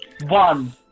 One